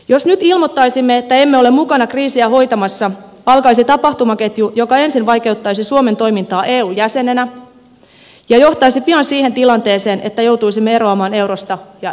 jos nyt ilmoittaisimme että emme ole mukana kriisiä hoitamassa alkaisi tapahtumaketju joka ensin vaikeuttaisi suomen toimintaa eun jäsenenä ja johtaisi pian siihen tilanteeseen että joutuisimme eroamaan eurosta ja eusta